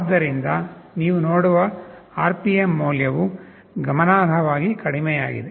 ಆದ್ದರಿಂದ ನೀವು ನೋಡುವ RPM ಮೌಲ್ಯವು ಗಮನಾರ್ಹವಾಗಿ ಕಡಿಮೆಯಾಗಿದೆ